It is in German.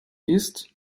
ist